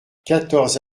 quatorze